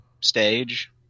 stage